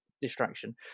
distraction